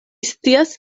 scias